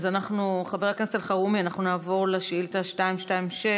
חבר הכנסת אלחרומי, נעבור לשאילתה 226,